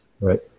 Right